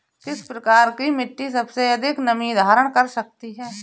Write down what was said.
किस प्रकार की मिट्टी सबसे अधिक नमी धारण कर सकती है?